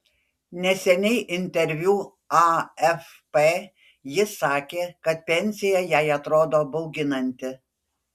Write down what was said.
neseniai interviu afp ji sakė kad pensija jai atrodo bauginanti